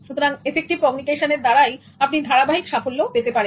সুতরাং এফেক্টিভ কমিউনিকেশনের দ্বারাই আপনি ধারাবাহিক সাফল্য পেতে পারেন